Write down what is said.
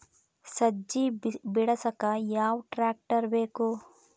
ಸಜ್ಜಿ ಬಿಡಸಕ ಯಾವ್ ಟ್ರ್ಯಾಕ್ಟರ್ ಬೇಕು?